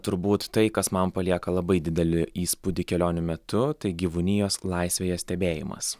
turbūt tai kas man palieka labai didelį įspūdį kelionių metu tai gyvūnijos laisvėje stebėjimas